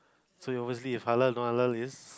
so obviously If I learn one I learn is